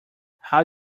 how